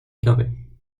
carrés